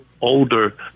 older